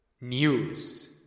News